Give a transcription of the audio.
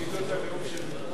תגיד את הנאום של אתמול.